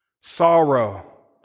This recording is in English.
sorrow